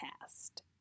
past